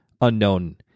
unknown